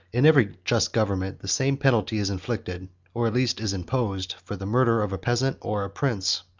in every just government the same penalty is inflicted, or at least is imposed, for the murder of a peasant or a prince.